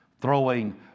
throwing